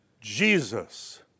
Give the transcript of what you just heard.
Jesus